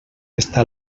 està